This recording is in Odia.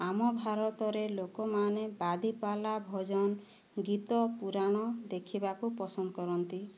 ଆମ ଭାରତରେ ଲୋକମାନେ ବାଦୀପାଲା ଭଜନ ଗୀତ ପୂରାଣ ଦେଖିବାକୁ ପସନ୍ଦ କରନ୍ତି